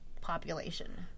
population